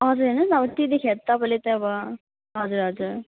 हजुर हेर्नु होस् न अब त्यतिखेर तपाईँले त अब हजुर हजुर